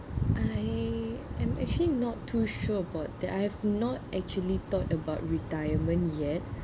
I am actually not too sure about that I have not actually thought about retirement yet